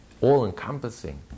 all-encompassing